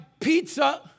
Pizza